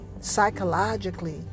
psychologically